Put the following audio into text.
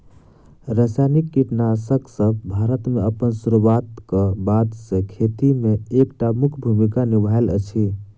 रासायनिक कीटनासकसब भारत मे अप्पन सुरुआत क बाद सँ खेती मे एक टा मुख्य भूमिका निभायल अछि